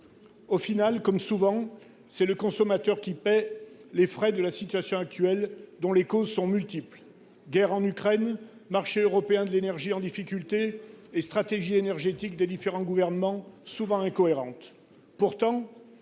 Au final, comme souvent, c'est le consommateur qui fait les frais de la situation actuelle dont les causes sont multiples : guerre en Ukraine, marché européen de l'énergie en difficulté et stratégie énergétique des différents gouvernements souvent incohérente.